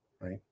right